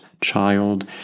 child